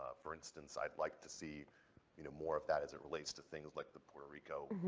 ah for instance, i'd like to see you know more of that as it relates to things like the puerto rico,